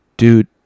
Dude